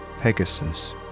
Pegasus